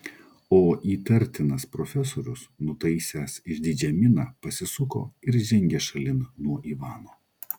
o įtartinas profesorius nutaisęs išdidžią miną pasisuko ir žengė šalin nuo ivano